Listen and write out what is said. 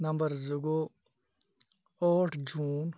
number زٕ گوٚو ٲٹھ جوٗن